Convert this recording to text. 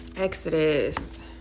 Exodus